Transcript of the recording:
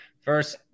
first